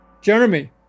Jeremy